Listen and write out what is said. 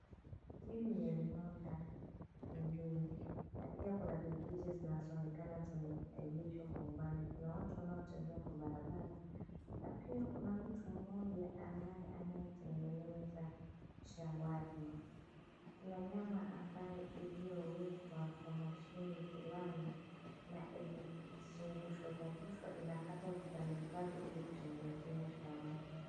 Hili ni eneo la mjini na pia kuna pikipiki zinazoonekana zimeegeshwa kwa umbali. Kuna watu wanaotembea kwa barabara na pia kuna mtu mmoja ambaye anayetengeneza shawarma. Kuna nyama ambayao iliyowekwa kwa mashini fulani na imezungushwa zungushwa inakatwa vipande vipande ili kutengenezea shawarma.